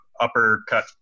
uppercut